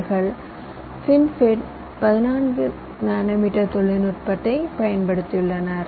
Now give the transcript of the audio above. அவர்கள் FinFET 14 nanometre தொழில்நுட்பத்தைப் பயன்படுத்தியுள்ளனர்